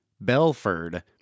Belford